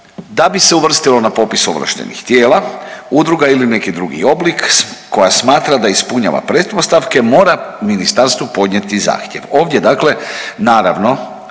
da bi se uvrstilo na popis ovlaštenih tijela udruga ili neki drugi oblik koja smatra da ispunjava pretpostavke mora ministarstvu podnijeti zahtjev. Ovdje dakle naravno